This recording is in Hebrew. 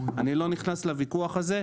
אני לא נכנס לוויכוח הזה,